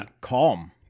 calm